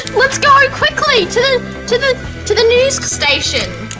let's go quickly to to the to the news station